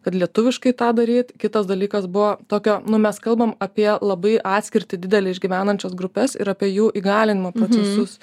kad lietuviškai tą daryt kitas dalykas buvo tokio nu mes kalbam apie labai atskirtį didelę išgyvenančias grupes ir apie jų įgalinimo procesus